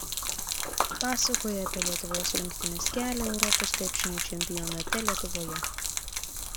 pasakoja apie lietuvos rinktinės kelią europos krepšinio čempionate lietuvoje